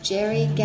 Jerry